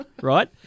right